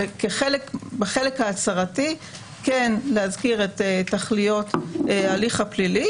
בחלק ההצהרתי כן להזכיר את תכליות ההליך הפלילי,